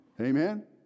Amen